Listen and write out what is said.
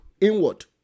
inward